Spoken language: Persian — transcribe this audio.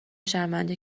شرمنده